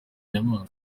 nyamaswa